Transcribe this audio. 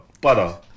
butter